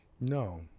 No